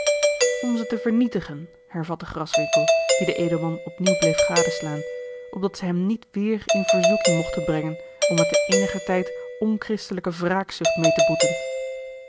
om ze te vernietigen hervatte graswinckel die den edelman opnieuw bleef gadeslaan opdat ze hem niet weêr in verzoeking mochten brengen om er te eeniger tijd onchristelijke wraakzucht meê te boeten